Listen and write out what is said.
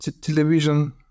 television